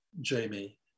Jamie